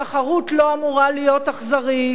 תחרות לא אמורה להיות אכזרית,